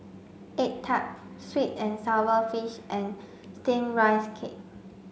egg tart sweet and sour fish and steamed rice cake